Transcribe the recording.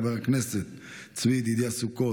חבר הכנסת צבי ידידה סוכות,